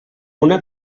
una